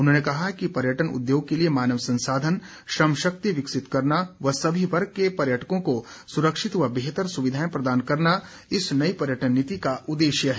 उन्होंने कहा कि पर्यटन उद्योग के लिए मानव संसाधन श्रम शक्ति विकसित करना व सभी वर्ग के पर्यटकों को सुरक्षित व बेहतर सुविधाएं प्रदान करना इस नई पर्यटन नीति का उददेश्य है